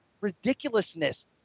ridiculousness